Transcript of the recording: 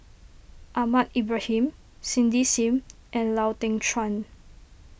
Ahmad Ibrahim Cindy Sim and Lau Teng Chuan